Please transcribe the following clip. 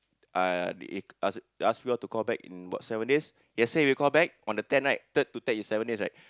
ah they ask ask me all to call back in about seven days yesterday we call back on the ten right third to ten is seven days right